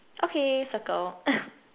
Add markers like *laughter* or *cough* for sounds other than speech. okay circle *laughs*